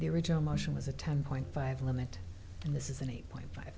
the original motion was a ten point five limit and this is an eight point five